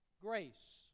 grace